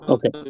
Okay